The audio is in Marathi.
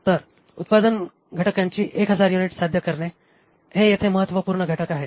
तर उत्पादन घटकांची 1000 युनिट साध्य करणे हे येथे महत्वपूर्ण घटक आहे